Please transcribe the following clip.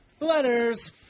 Letters